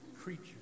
creature